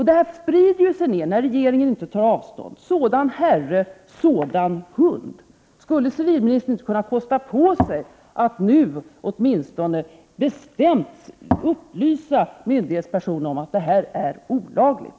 Det här sprider sig ju neråt när regeringen inte tar avstånd — sådan herre, sådan hund! Skulle civilministern inte kunna kosta på sig att nu åtminstone bestämt upplysa myndighetspersoner om att det här är olagligt?